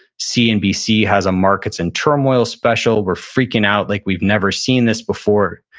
cnbc has a markets in turmoil special, we're freaking out like we've never seen this before,